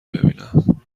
ببینم